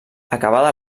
acabada